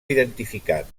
identificat